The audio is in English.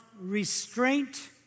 restraint